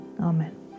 Amen